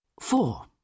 Four